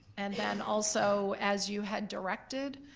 and then also, as you had directed,